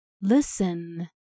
listen